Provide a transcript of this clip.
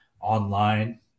online